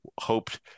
hoped